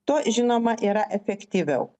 tuo žinoma yra efektyviau